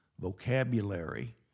vocabulary